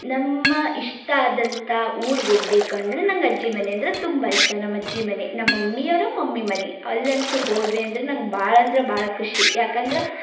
ನಮ್ಮ ಇಷ್ಟ ಆದಂಥ ಊರಿಗೆ ಹೋಗ್ಬೇಕು ಅಂದರೆ ನಂಗೆ ಅಜ್ಜಿ ಮನೆ ಅಂದರೆ ತುಂಬ ಇಷ್ಟ ನಮ್ಮ ಅಜ್ಜಿ ಮನೆ ನಮ್ಮ ಮಮ್ಮಿಯವರ ಮಮ್ಮಿ ಮನೆ ಅಲ್ಲಂತು ಹೋದ್ವಿ ಅಂದರೆ ನಂಗೆ ಭಾಳ ಅಂದರೆ ಭಾಳ ಖುಷಿ ಯಾಕೆಂದರೆ